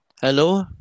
Hello